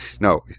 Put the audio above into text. No